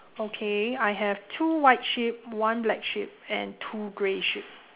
okay I have two white sheep one black sheep and two grey sheep